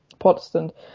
Protestant